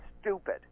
stupid